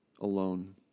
alone